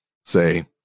say